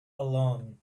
alone